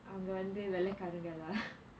அவங்க வந்து வெள்ளைகாரங்க:avanga vanthu vellaikaaranga lah